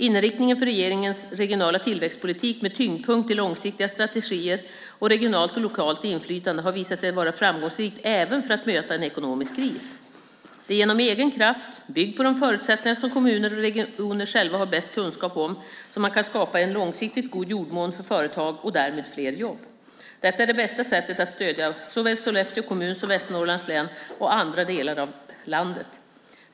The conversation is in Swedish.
Inriktningen för regeringens regionala tillväxtpolitik, med tyngdpunkt i långsiktiga strategier, och regionalt och lokalt inflytande har visat sig vara framgångsrikt för att även möta en ekonomisk kris. Det är genom egen kraft, byggd på de förutsättningar som kommuner och regioner själva har bäst kunskap om, som man kan skapa en långsiktigt god jordmån för företag och därmed fler jobb. Detta är det bästa sättet att stödja såväl Sollefteå kommun som Västernorrlands län och andra delar av landet.